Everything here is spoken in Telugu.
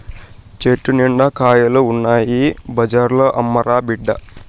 చెట్టు నిండా కాయలు ఉన్నాయి బజార్లో అమ్మురా బిడ్డా